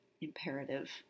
imperative